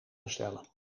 bestellen